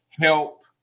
help